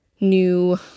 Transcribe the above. new